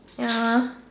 ya